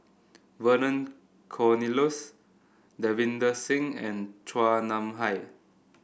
Vernon Cornelius Davinder Singh and Chua Nam Hai